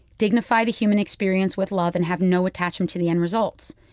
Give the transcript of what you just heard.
dignify the human experience with love and have no attachment to the end results.